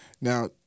Now